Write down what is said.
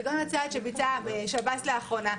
כגון הצעד שביצע שב"ס לאחרונה,